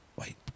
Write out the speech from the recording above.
Wait